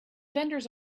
vendors